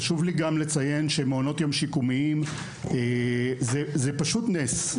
גם חשוב לי לציין שמעונות יום שיקומיים הם פשוט נס,